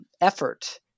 effort